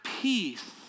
peace